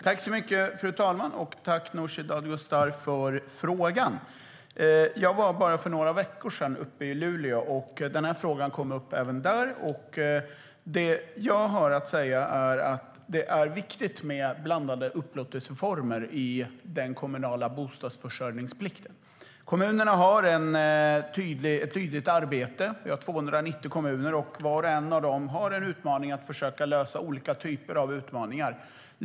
Fru talman! Tack, Nooshi Dadgostar, för frågan! Jag var bara för några veckor sedan uppe i Luleå. Frågan kom upp där. Det jag har att säga är att det är viktigt med blandade upplåtelseformer i den kommunala bostadförsörjningsplikten. Kommunerna har ett tydligt arbete. Vi har 290 kommuner, och var och en av dem har att lösa olika typer av utmaningar.